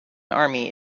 army